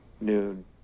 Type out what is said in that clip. noon